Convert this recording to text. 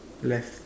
left